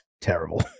terrible